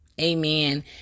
amen